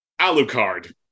Alucard